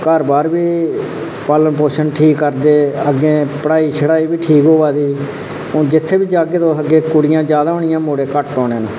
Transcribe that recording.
घर बाहर बी पालन पोषण ठीक करदे अग्गै पढ़ाई बी ठीक होआ दी हून जित्थै बी जाह्गे कुड़ियां जादै ते मुड़े घट्ट होने न